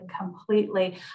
completely